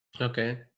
Okay